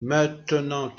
maintenant